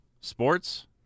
sports